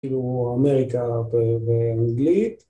‫כאילו, אמריקה ואנגלית.